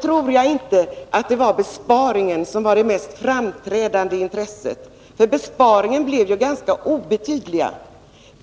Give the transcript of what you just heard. tror jag inte att det var besparingen som var det mest framträdande intresset. Besparingen blev ju ganska obetydlig.